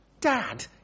Dad